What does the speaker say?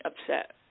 upset